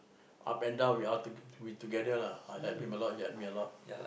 up and down we are we together lah I help him a lot he help me a lot